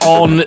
on